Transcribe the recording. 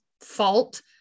fault